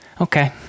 okay